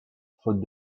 faute